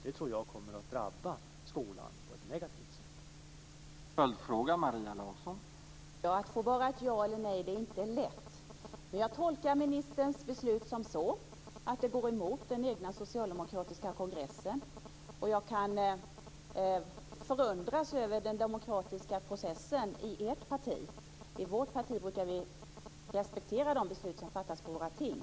Det tror jag skulle drabba skolan på ett negativt sätt.